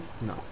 No